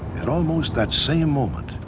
at almost that same moment,